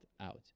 out